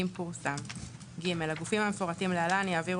אם פורסם; (ג) הגופים המפורטים להלן יעבירו